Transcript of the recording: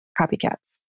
copycats